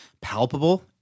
palpable